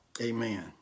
Amen